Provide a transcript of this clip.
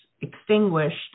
extinguished